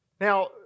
Now